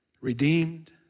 redeemed